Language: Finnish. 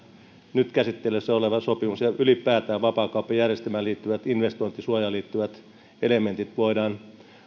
nyt käsittelyssä oleva sopimus ja ylipäätään vapaakauppajärjestelmään ja investointisuojaan liittyvät elementit voidaan